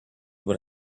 what